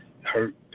hurt